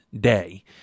day